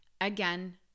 again